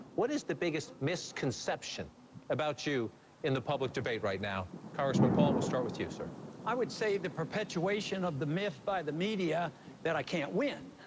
what is the biggest misconception about you in the public debate right now? congressman paul, we'll start with you, sir. paul i would say the perpetuation of the myth by the media that i can't win.